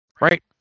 right